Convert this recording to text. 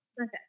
okay